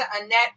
Annette